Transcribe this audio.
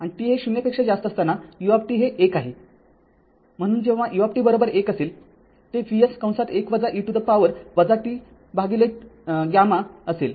आणि t हे ० पेक्षा जास्त असताना u हे १ आहे म्हणून जेव्हा u १ असेल ते Vs १ e to the power - tγ असेल